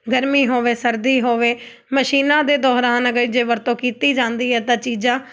ਗਰਮੀ ਹੋਵੇ ਸਰਦੀ ਹੋਵੇ ਮਸ਼ੀਨਾਂ ਦੇ ਦੌਰਾਨ ਅਗਰ ਜੇ ਵਰਤੋਂ ਕੀਤੀ ਜਾਂਦੀ ਹੈ ਤਾਂ ਚੀਜ਼ਾਂ